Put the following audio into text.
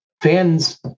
Fans